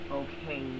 okay